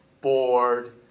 bored